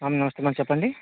నమస్తే మ్యాడమ్ చెప్పండి